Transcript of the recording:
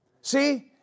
See